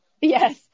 Yes